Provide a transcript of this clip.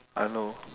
I know